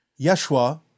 Yeshua